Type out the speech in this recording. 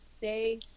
say